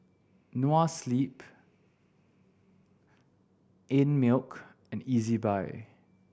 Noa Sleep Einmilk and Ezbuy